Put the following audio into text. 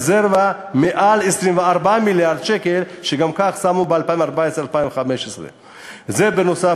מעל 24 מיליארד שקל שגם כך שמו ב-2014 2015. זה נוסף,